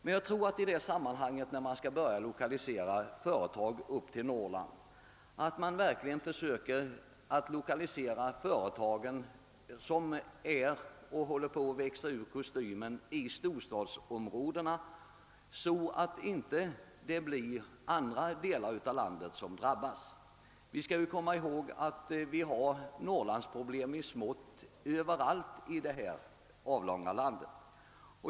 Jag tror emellertid att det i detta sammanhang, när man skall börja lokalisera företag uppe i Norrland, är viktigt att man verkligen försöker lokalisera de företag som håller på att växa ur kostymen i storstadsområdena, så att inte andra delar av landet drabbas. Vi skall komma ihåg att vi har Norrlandsproblem i smått överallt i vårt avlånga land.